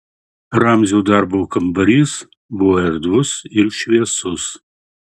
ramzio darbo kambarys buvo erdvus ir šviesus